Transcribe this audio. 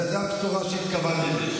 זאת הבשורה שהתכוונתי,